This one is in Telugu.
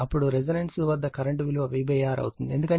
ఇప్పుడు రెసోనెన్స్ వద్ద కరెంట్ విలువ V R అవుతుంది ఎందుకంటే